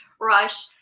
rush